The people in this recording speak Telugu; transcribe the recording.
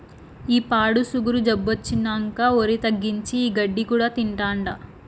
ఈ పాడు సుగరు జబ్బొచ్చినంకా ఒరి తగ్గించి, ఈ గడ్డి కూడా తింటాండా